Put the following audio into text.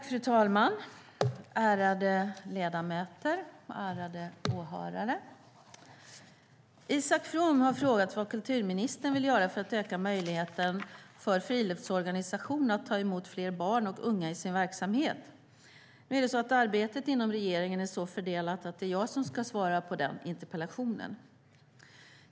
Fru talman, ärade ledamöter och ärade åhörare! Isak From har frågat vad kulturministern vill göra för att öka möjligheten för friluftsorganisationerna att ta emot fler barn och unga i sin verksamhet. Arbetet inom regeringen är så fördelat att det är jag som ska svara på interpellationen.